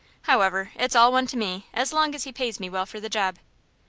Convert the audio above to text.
however, it's all one to me, as long as he pays me well for the job.